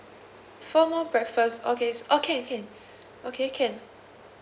four more breakfast okay s~ oh can can okay can